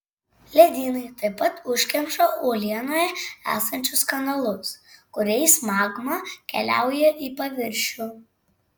ledynai taip pat užkemša uolienoje esančius kanalus kuriais magma keliauja į paviršių